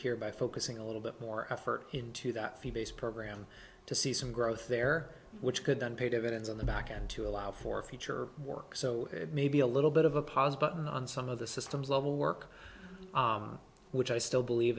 here by focusing a little bit more effort into that fee based program to see some growth there which could then pay dividends on the back end to allow for future work so maybe a little bit of a pos button on some of the systems level work which i still believe